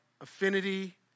affinity